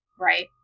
Right